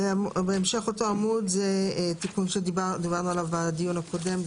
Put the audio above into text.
בהמשך אותו עמוד יש תיקון שדיברנו עליו בדיון הקודם,